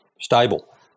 stable